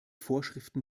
vorschriften